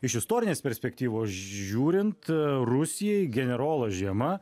iš istorinės perspektyvos žiūrint rusijai generolas žiema